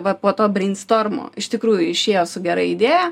va po to breinstormo iš tikrųjų išėjo su gera idėja